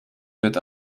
wird